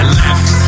left